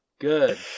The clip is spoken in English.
Good